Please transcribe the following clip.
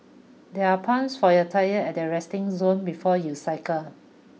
there are pumps for your tyres at the resting zone before you cycle